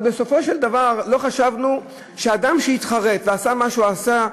אבל בסופו של דבר לא חשבנו שאדם שהתחרט על שעשה מה שהוא עשה,